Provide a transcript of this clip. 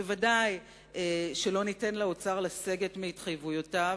בוודאי לא ניתן לאוצר לסגת מהתחייבויותיו,